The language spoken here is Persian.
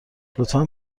لطفا